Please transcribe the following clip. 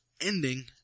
ending